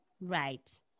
Right